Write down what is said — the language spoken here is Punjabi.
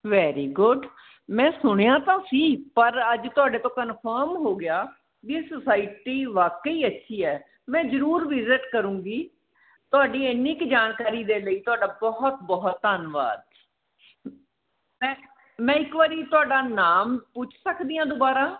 ਵੈਰੀ ਗੁੱਡ ਮੈਂ ਸੁਣਿਆ ਤਾਂ ਸੀ ਪਰ ਅੱਜ ਤੁਹਾਡੇ ਤੋਂ ਕਨਫਰਮ ਹੋ ਗਿਆ ਵੀ ਇਹ ਸੁਸਾਇਟੀ ਵਾਕਈ ਅੱਛੀ ਹੈ ਮੈਂ ਜ਼ਰੂਰ ਵਿਜ਼ਿਟ ਕਰੂੰਗੀ ਤੁਹਾਡੀ ਇੰਨੀ ਕੁ ਜਾਣਕਾਰੀ ਦੇ ਲਈ ਤੁਹਾਡਾ ਬਹੁਤ ਬਹੁਤ ਧੰਨਵਾਦ ਮੈਂ ਮੈਂ ਇੱਕ ਵਾਰੀ ਤੁਹਾਡਾ ਨਾਮ ਪੁੱਛ ਸਕਦੀ ਹਾਂ ਦੁਬਾਰਾ